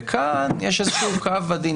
וכאן יש איזשהו קו עדין,